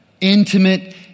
intimate